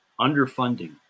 underfunding